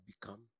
become